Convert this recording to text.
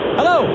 Hello